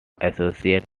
associate